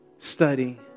study